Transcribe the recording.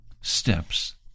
steps